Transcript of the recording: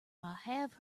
have